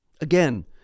Again